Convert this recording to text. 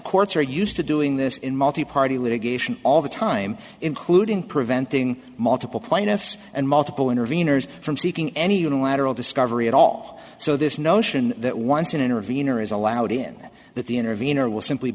courts are used to doing this in multi party litigation all the time including preventing multiple plaintiffs and multiple interveners from seeking any unilateral discovery at all so this notion that once an intervener is allowed in that the intervenor will simply